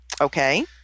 Okay